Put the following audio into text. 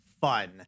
fun